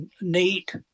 neat